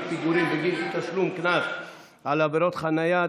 פיגורים בגין אי-תשלום קנס על עבירת חניה),